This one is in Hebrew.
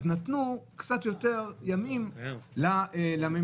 אז נתנו קצת יותר ימים לממשלה,